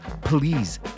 please